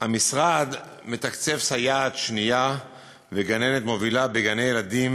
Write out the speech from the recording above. המשרד מתקצב סייעת שנייה וגננת מובילה בגני-הילדים